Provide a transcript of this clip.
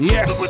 Yes